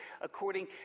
according